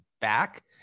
back